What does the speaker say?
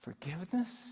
Forgiveness